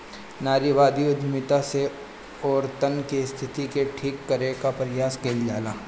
नारीवादी उद्यमिता से औरतन के स्थिति के ठीक करे कअ प्रयास कईल जाला